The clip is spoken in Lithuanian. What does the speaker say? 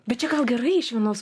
bet čia gal gerai iš vienos